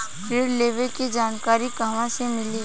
ऋण लेवे के जानकारी कहवा से मिली?